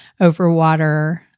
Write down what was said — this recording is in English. overwater